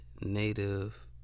native